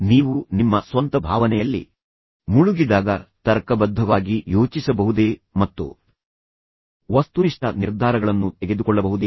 ನೀವು ನಿಮ್ಮ ಸ್ವಂತ ಭಾವನೆಯಲ್ಲಿ ಮುಳುಗಿದಾಗ ತರ್ಕಬದ್ಧವಾಗಿ ಯೋಚಿಸಬಹುದೇ ಮತ್ತು ವಸ್ತುನಿಷ್ಠ ನಿರ್ಧಾರಗಳನ್ನು ತೆಗೆದುಕೊಳ್ಳಬಹುದೇ